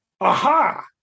aha